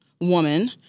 woman